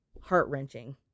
heart-wrenching